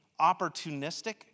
opportunistic